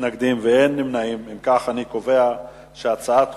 כהצעת הוועדה.